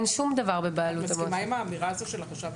אין שום דבר בבעלות המועצה.